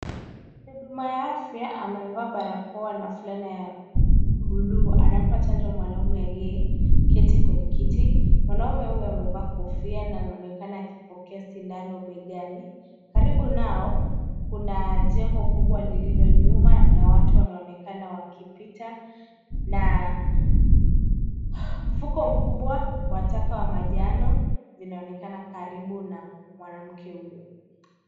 Mhuduma wa afya amevaa barakoa na fulana ya buluu, anampa chanjo mwanaume aliye keti kwenye kiti. Mwanaume huyo amevaa kofia, inaonekana akipokea sindano begani. Karibu nao, kuna jengo kubwa lililo nyuma na watu wanaonekana wakipita, na mfuko mkubwa wataka wa majano vinaonekana karibu na mwanamke huyo.